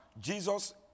Jesus